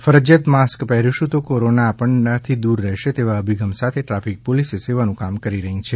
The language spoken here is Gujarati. ફરજીયાત માસ્ક પહેરીશુ તો કોરોના આપણાથી દૂર રહેશે તેવા અભિગમ સાથે ટ્રાફિક પોલીસ સેવાનુ કામ કરી રહી છે